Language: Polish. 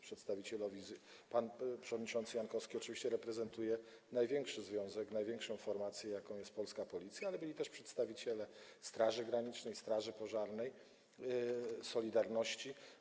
Pan przewodniczący Jankowski oczywiście reprezentuje największy związek, największą formację, jaką jest polska Policja, ale byli też przedstawiciele Straży Granicznej, straży pożarnej, „Solidarności”